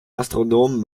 astronomen